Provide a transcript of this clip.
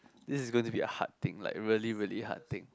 this is gonna be a hard thing like really really hard thing